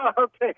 Okay